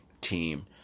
Team